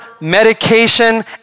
medication